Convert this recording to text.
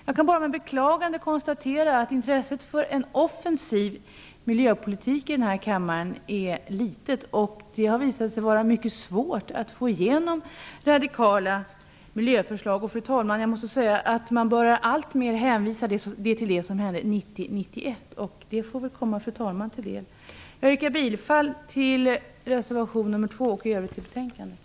Jag kan bara med beklagande konstatera att intresset här i kammaren för en offensiv miljöpolitik är litet. Det har visat sig vara mycket svårt att få igenom radikala miljöförslag. Fru talman! Jag måste säga att man alltmer börjat hänvisa till det som hände 1990 och 1991, och det får väl räknas fru talmannen till godo. Jag yrkar bifall till reservation nr 2 och i övrigt till hemställan i betänkandet.